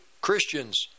Christians